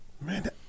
Man